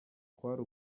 kwari